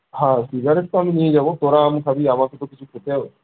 হ্যাঁ সিগারেট তো আমি নিয়ে যাব তোরা আম খাবি আমাকে তো কিছু খেতে হবে